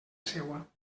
seua